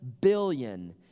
billion